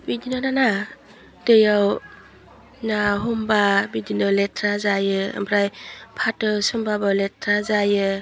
बे खिनियानोना दैयाव ना हमबा बिदिनो लेथ्रा जायो आमफ्राय फाथो सोमबाबो लेथ्रा जायो